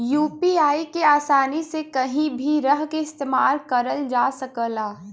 UPI के आसानी से कहीं भी रहके इस्तेमाल करल जा सकला